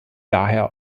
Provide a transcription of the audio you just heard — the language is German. daher